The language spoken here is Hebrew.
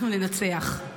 אנחנו ננצח.